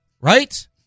right